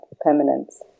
permanence